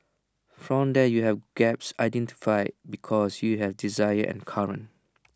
from there you have gaps identified because you have desired and current